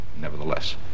nevertheless